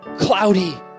cloudy